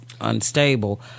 unstable